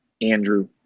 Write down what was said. Andrew